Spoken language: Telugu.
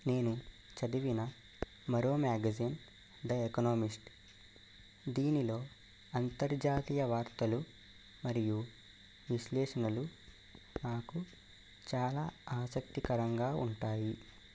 నేను చదివిన మరో మ్యాగజైన్ ద ఎకనామిస్ట్ దీనిలో అంతర్జాతీయ వార్తలు మరియు విశ్లేషణలు నాకు చాలా ఆసక్తికరంగా ఉంటాయి